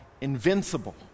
invincible